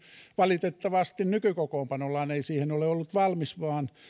valitettavasti nykykokoonpanollaan ei siihen ole ollut valmis vaan